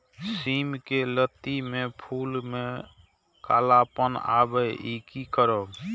सिम के लत्ती में फुल में कालापन आवे इ कि करब?